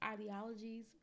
ideologies